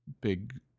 Big